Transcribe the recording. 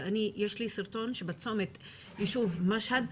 יש לי סרטון של צומת היישוב משהד,